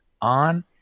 on